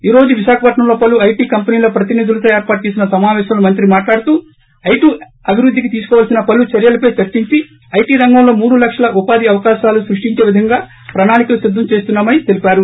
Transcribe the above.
ఈ రోజు విశాఖపట్నంలో పలు ఐటీ కంపెనీల ప్రతినిధులతో ఏర్పాటు చేసిన సమావేశంలో మంత్రి మాట్లాడుతూ ఐటీ అభివృద్దికి తీసుకోవాల్సిన పలు చర్యలపై చర్చించి ఐటీ రంగంలో మూడు లక్షల ఉపాధి అవకాశాలు సృష్టించే విధంగా ప్రణాళికలు సిద్దం చేస్తున్నామని తెలిపారు